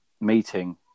meeting